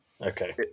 Okay